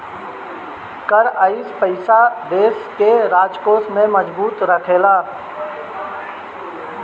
कर कअ पईसा देस के राजकोष के मजबूत रखेला